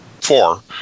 four